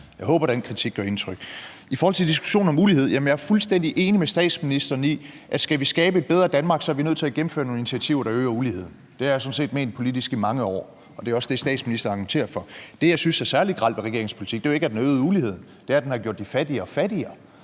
Jeg håber, at den kritik gør indtryk. I forhold til diskussionen om ulighed er jeg fuldstændig enig med statsministeren i, at skal vi skabe et bedre Danmark, så er vi nødt til at gennemføre nogle initiativer, der øger uligheden. Det har jeg sådan set ment politisk i mange år, og det er også det, statsministeren argumenterer for. Det, jeg synes er særlig grelt ved regeringens politik, er jo ikke, at den har øget uligheden, men det er, at den har gjort de fattige fattigere.